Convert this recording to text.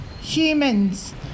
humans